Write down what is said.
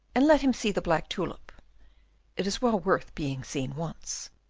and let him see the black tulip it is well worth being seen once.